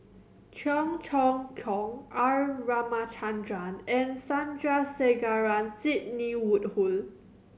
Cheong Choong Kong R Ramachandran and Sandrasegaran Sidney Woodhull